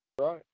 Right